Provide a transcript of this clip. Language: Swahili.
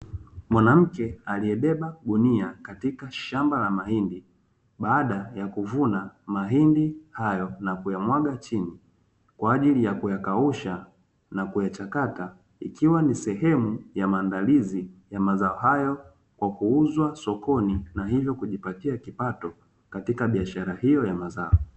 Mwanamke aliyebeba gunia katika shamba la mahindi baada ya kuvuna mahindi hayo na kuyamwaga chini kwa ajili ya kuyakausha na kuyachakata, ikiwa ni sehemu ya maandalizi ya mazao hayo kwa kuuzwa sokoni na hivyo kujipatia kipato katika biashara hiyo ya mazao.